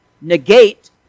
negate